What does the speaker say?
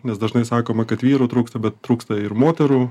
nes dažnai sakoma kad vyrų trūksta bet trūksta ir moterų